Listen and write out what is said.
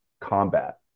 combat